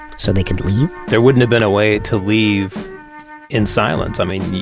so they could leave? there wouldn't have been a way to leave in silence. i mean